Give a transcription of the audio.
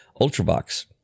ultrabox